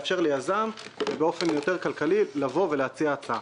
באופן כלכלי יותר להציע הצעה.